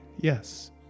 yes